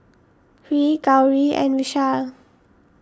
Hri Gauri and Vishal